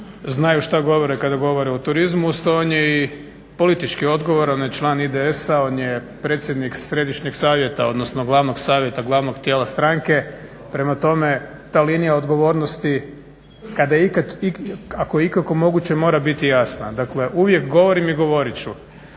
znaju što govore kada govore o turizmu. Uz to on je i politički odgovoran, on je član IDS-a, on je predsjednik središnjeg savjeta odnosno glavnog savjeta, glavnog tijela stranke. Prema tome, ta linija odgovornosti, ako je ikako moguće mora biti jasna. Dakle, uvijek govorim i govorit ću